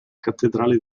cattedrale